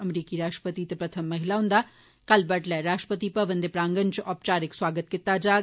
अमरीकी राश्ट्रपति ट्रंप ते प्रथम महिला होंदा कल बडलै राश्ट्रपति भवन दे प्रांगन च औपचारिक सुआगत कीता जाग